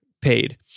paid